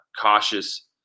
cautious